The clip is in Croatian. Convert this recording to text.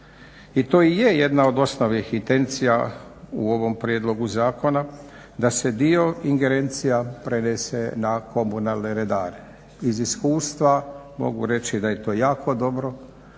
I to i je jedna od osnovnih intencija u ovom prijedlogu zakona da se dio ingerencija prenese na komunalne redare. Iz iskustva mogu reći da je to jako dobro